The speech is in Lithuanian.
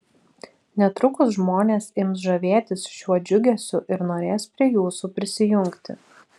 netrukus žmonės ims žavėtis šiuo džiugesiu ir norės prie jūsų prisijungti